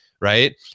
right